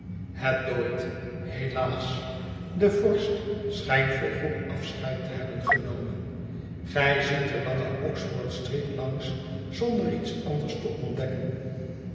het dooit helaas de vorst schijnt voorgoed afscheid te hebben genomen gij ziet de lange oxford-street langs zonder iets anders te ontdekken